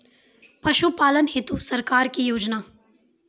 पशुपालन हेतु सरकार की योजना?